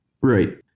Right